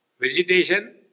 Vegetation